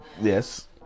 Yes